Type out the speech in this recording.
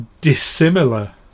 dissimilar